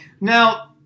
Now